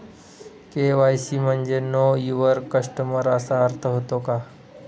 KYC म्हणजे know your customer असा अर्थ होतो का?